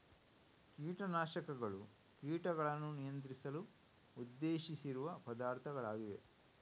ಕೀಟ ನಾಶಕಗಳು ಕೀಟಗಳನ್ನು ನಿಯಂತ್ರಿಸಲು ಉದ್ದೇಶಿಸಿರುವ ಪದಾರ್ಥಗಳಾಗಿವೆ